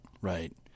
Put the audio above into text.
Right